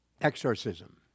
Exorcism